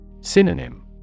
Synonym